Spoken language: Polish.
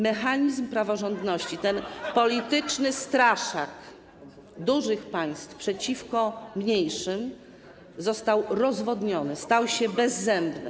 Mechanizm praworządności, ten polityczny straszak dużych państw przeciwko mniejszym, został rozwodniony, stał się bezzębny.